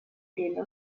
время